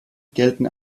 gelten